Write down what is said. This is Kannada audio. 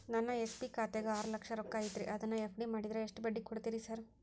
ನನ್ನ ಎಸ್.ಬಿ ಖಾತ್ಯಾಗ ಆರು ಲಕ್ಷ ರೊಕ್ಕ ಐತ್ರಿ ಅದನ್ನ ಎಫ್.ಡಿ ಮಾಡಿದ್ರ ಎಷ್ಟ ಬಡ್ಡಿ ಕೊಡ್ತೇರಿ ಸರ್?